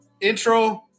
Intro